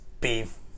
beef